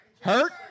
Hurt